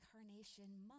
incarnation